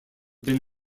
been